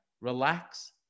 relax